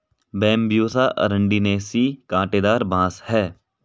Bambusa अरंडिनेसी काँटेदार बाँस है